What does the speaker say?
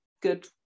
good